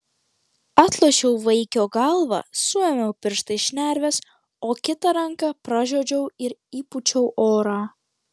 atlošiau vaikio galvą suėmiau pirštais šnerves o kita ranka pražiodžiau ir įpūčiau orą